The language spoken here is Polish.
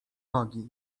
nogi